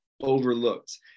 overlooked